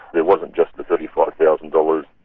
there wasn't just the thirty five thousand dollars,